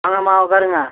வாங்கம்மா உட்காருங்க